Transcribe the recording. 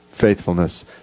faithfulness